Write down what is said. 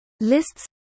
lists